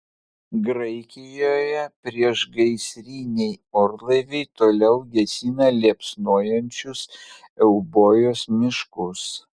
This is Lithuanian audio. graikijoje priešgaisriniai orlaiviai toliau gesina liepsnojančius eubojos miškus